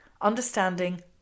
Understanding